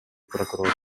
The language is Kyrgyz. прокурор